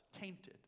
tainted